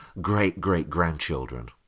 great-great-grandchildren